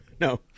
no